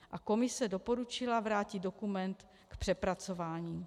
A komise doporučila vrátit dokument k přepracování.